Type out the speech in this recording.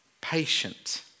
patient